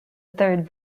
third